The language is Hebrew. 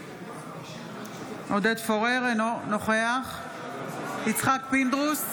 אינו נוכח יצחק פינדרוס,